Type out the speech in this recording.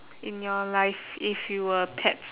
in your life if you were a pet